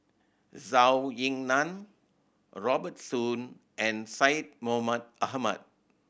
Zhou Ying Nan Robert Soon and Syed Mohamed Ahmed